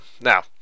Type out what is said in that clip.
Now